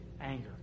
anger